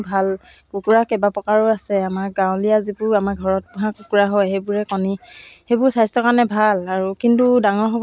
চাই চাই মানে কামটোৰ প্ৰতি মোৰ কিবা এটা আগ্ৰহ হ'ল যে মায়ে মায়েনো কেনেকৈ ইমানবিলাক কাম এম্ব্ৰইডাৰী কৰি থাকে চিলাই কৰি থাকে